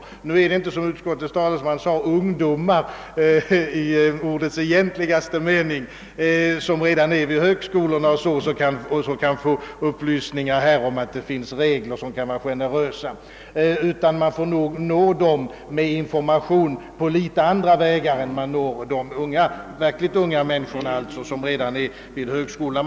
Här gäller det ju inte heller ungdomar i ordets egentliga mening — utskottets ta lesman tycktes mena det — som redan vistas vid högskolorna och som där kan få upplysning om att det finns vissa generösa regler. De människor det här är fråga om måste man försöka nå med information på något andra vägar, än de varpå man kan nå de i egentlig mening unga studerande vid högskolorna.